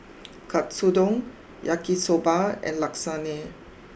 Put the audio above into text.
Katsudon Yaki Soba and Lasagne